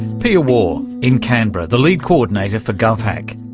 pia waugh in canberra, the lead coordinator for govhack.